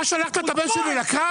אתה שלחת את הבן שלי לקרב?